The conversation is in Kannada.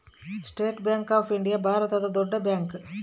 ಸ್ಟೇಟ್ ಬ್ಯಾಂಕ್ ಆಫ್ ಇಂಡಿಯಾ ಭಾರತದ ದೊಡ್ಡ ಬ್ಯಾಂಕ್